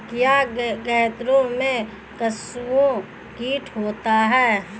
क्या गन्नों में कंसुआ कीट होता है?